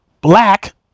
black